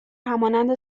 همانند